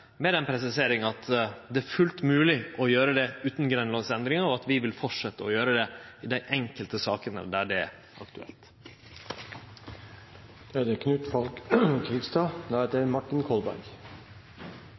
med den presiseringa at det er fullt mogleg å gjere det utan grunnlovsendring, og at vi vil fortsetje å gjere det i dei enkeltsakene der det er aktuelt. Åpen debatt er det